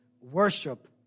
Worship